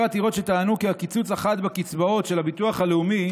עתירות שטענו כי הקיצוץ החד בקצבאות של הביטוח הלאומי